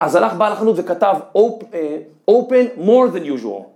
אז הלך בעל החנות וכתב open more than usual.